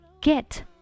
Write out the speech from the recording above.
get